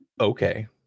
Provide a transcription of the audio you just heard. Okay